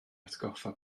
atgoffa